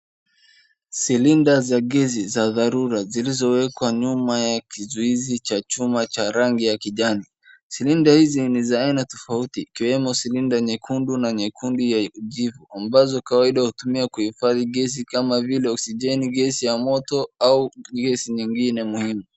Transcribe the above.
Silinda za gesi za dharura zilizowekwa nyuma ya kizuizi cha chuma cha rangi ya kijani silinda hizi ni za aina tofauti ikiwemo silinda nyekundu na nyekundu ya jivu ambazo kawaida hutumiwa kuhifadhi gesi kama vile oksijeni, gesi ya moto au gesi nyingine muhimu.